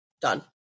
Done